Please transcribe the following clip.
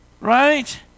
right